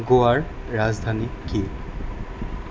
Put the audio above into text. গোৱাৰ ৰাজধানী কি